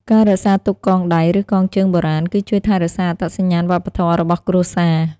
ការរក្សាទុកកងដៃឬកងជើងបុរាណ គឺជួយថែរក្សា អត្តសញ្ញាណវប្បធម៌ របស់គ្រួសារ។